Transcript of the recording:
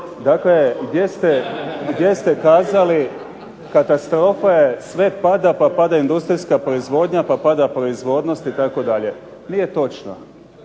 Dakle gdje ste kazali katastrofa je, sve pada pa pada industrijska proizvodnja, pa pada proizvodnost itd. Nije točno.